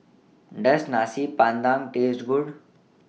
Does Nasi Padang Taste Good